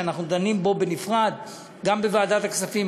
שאנחנו דנים בו בנפרד גם בוועדת הכספים,